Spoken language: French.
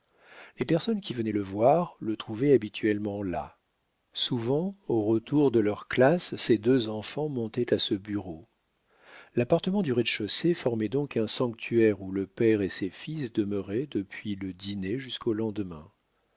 les personnes qui venaient le voir le trouvaient habituellement là souvent au retour de leurs classes ses deux enfants montaient à ce bureau l'appartement du rez-de-chaussée formait donc un sanctuaire où le père et ses fils demeuraient depuis le dîner jusqu'au lendemain